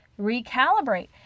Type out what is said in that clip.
recalibrate